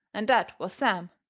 and that was sam,